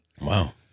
Wow